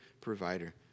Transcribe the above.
provider